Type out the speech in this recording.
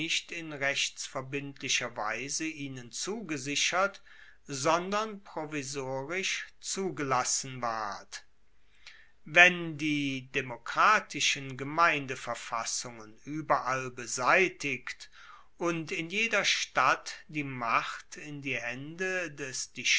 nicht in rechtsverbindlicher weise ihnen zugesichert sondern provisorisch zugelassen ward wenn die demokratischen gemeindeverfassungen ueberall beseitigt und in jeder stadt die macht in die haende des